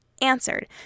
answered